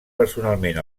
personalment